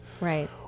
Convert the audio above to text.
Right